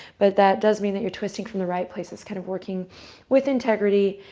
but that does mean that you're twisting from the right place. it's kind of working with integrity,